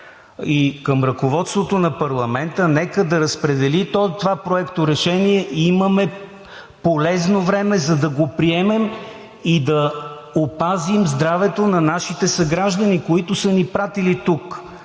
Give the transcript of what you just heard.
и към ръководството на парламента – нека да разпредели това проекторешение, имаме полезно време, за да го приемем и да опазим здравето на нашите съграждани, които са ни изпратили тук